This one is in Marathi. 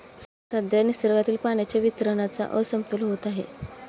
सध्या निसर्गातील पाण्याच्या वितरणाचा असमतोल होत आहे